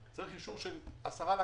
אחרי דיונים שאני קיימתי עם שר הפנים,